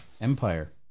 Empire